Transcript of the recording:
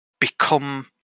become